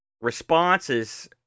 responses